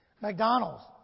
McDonald's